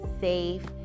safe